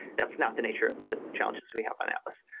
that's not the nature of the challenges we have on atlas.